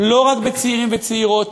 לא רק בצעירים וצעירות,